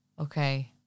Okay